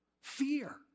Fear